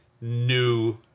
new